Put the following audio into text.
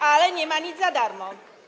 Ale nie ma nic za darmo.